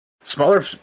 smaller